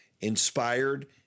Inspired